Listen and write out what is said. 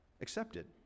accepted